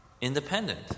independent